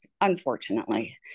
unfortunately